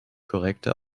korrekte